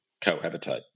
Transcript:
cohabitate